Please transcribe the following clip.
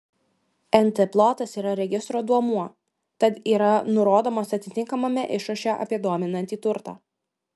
nt plotas yra registro duomuo tad yra nurodomas atitinkamame išraše apie dominantį turtą